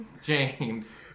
James